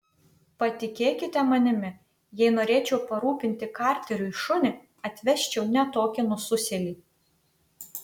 patikėkite manimi jei norėčiau parūpinti karteriui šunį atvesčiau ne tokį nususėlį